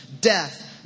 death